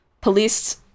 police